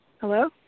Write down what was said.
hello